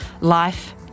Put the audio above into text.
life